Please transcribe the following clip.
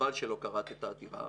וחבל שלא קראת את העתירה